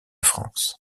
france